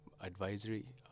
advisory